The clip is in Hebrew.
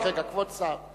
רק רגע, כבוד השר.